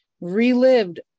relived